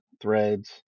Threads